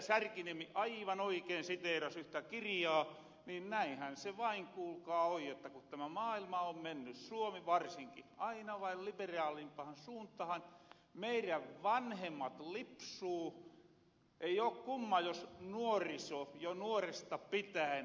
särkiniemi aivan oikeen siteeras yhtä kirijaa niin näinhän se vain kuulkaa on jotta ku tämä maailma on menny suomi varsinki aina vain liperaalimpahan suuntahan meirän vanhemmat lipsuu ei oo kumma jos nuoriso jo nuoresta pitäen